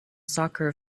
soccer